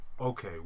okay